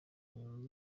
nyuma